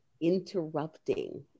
interrupting